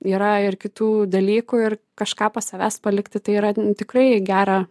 yra ir kitų dalykų ir kažką po savęs palikti tai yra tikrai gera